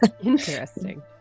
Interesting